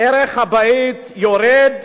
ערך הבית יורד,